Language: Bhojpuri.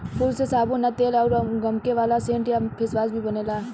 फूल से साबुन आ तेल अउर गमके वाला सेंट आ फेसवाश भी बनेला